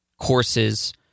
courses